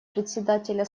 председателя